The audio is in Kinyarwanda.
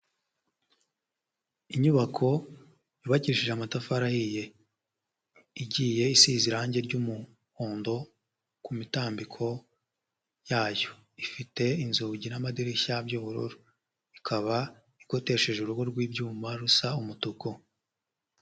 Inyubako yubakishije amatafari ahiye. Igiye isize irangi ry'umuhondo ku mitambiko yayo, ifite inzugi n'amadirishya by'ubururu. Ikaba igotesheje urugo rw'ibyuma rusa umutuku.